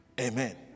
Amen